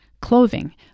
clothing